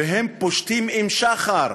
הם פושטים עם שחר,